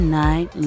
night